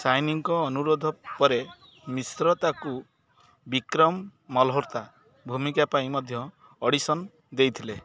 ଶାଇନୀଙ୍କ ଅନୁରୋଧ ପରେ ମିଶ୍ର ତାଙ୍କୁ ବିକ୍ରମ ମଲହୋତ୍ରା ଭୂମିକା ପାଇଁ ମଧ୍ୟ ଅଡ଼ିସନ୍ ଦେଇଥିଲେ